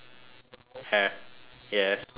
have yes yes